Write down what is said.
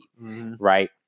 Right